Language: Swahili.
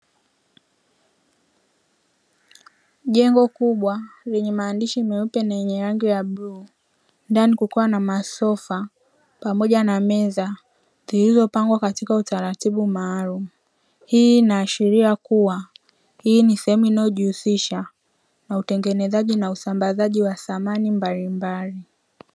Jengo kubwa lenye maandishi meupe na yenye rangi ya bluu, ndani kukiwa na masofa pamoja na meza zilizopangwa katika utaratibu maalum. Hii inaashiria kuwa hii ni sehemu inayojihusisha na utengenezaji na usambazaji wa samani mbalimbali.